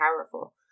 powerful